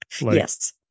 Yes